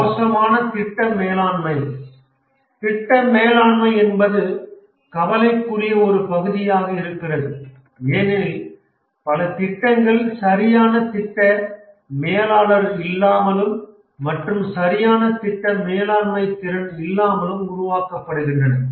மோசமான திட்ட மேலாண்மை திட்ட மேலாண்மை என்பது கவலைக்குரிய ஒரு பகுதியாக இருக்கிறது ஏனெனில் பல திட்டங்கள் சரியான திட்ட மேலாளர் இல்லாமலும் மற்றும் சரியான திட்ட மேலாண்மை திறன் இல்லாமலும் உருவாக்கப்படுகின்றன